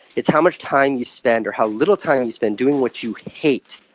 it's how much time you spend or how little time you spend doing what you hate.